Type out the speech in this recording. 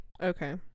okay